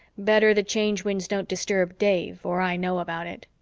better the change winds don't disturb dave or i know about it.